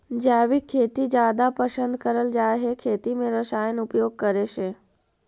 जैविक खेती जादा पसंद करल जा हे खेती में रसायन उपयोग करे से